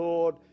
Lord